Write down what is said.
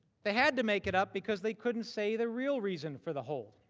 they had to make it up because they couldn't say the real reason for the hold.